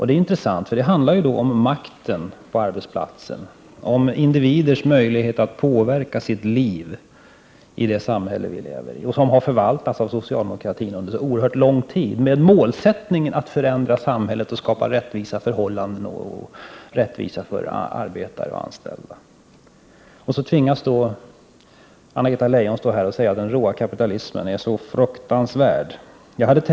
Detta är intressant, eftersom det ju handlar om makten på arbetsplatsen, om individers möjlighet att påverka sina liv i det samhälle som vi lever i och som har förvaltats av socialdemokratin under så oerhört lång tid med målsättningen att förändra samhället, skapa rättvisa förhållanden och rättvisa för arbetare och övriga anställda. Så tvingas Anna-Greta Leijon stå här i talarstolen och säga att den råa kapitalismen är så fruktansvärd.